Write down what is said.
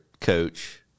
coach